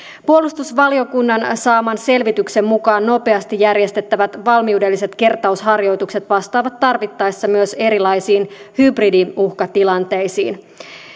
puolustusvaliokunnan saaman selvityksen mukaan nopeasti järjestettävät valmiudelliset kertausharjoitukset vastaavat tarvittaessa myös erilaisiin hybridiuhkatilanteisiin